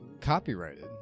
copyrighted